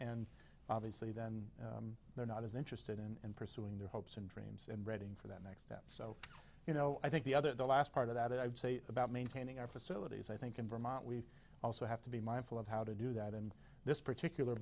and obviously then they're not as interested in pursuing their hopes and dreams and reading for that next step so you know i think the other the last part of that i would say about maintaining our facilities i think in vermont we also have to be mindful of how to do that and this particular